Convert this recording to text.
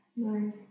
Right